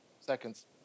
seconds